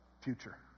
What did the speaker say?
future